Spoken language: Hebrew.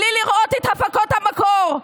בלי לראות את הפקות המקור,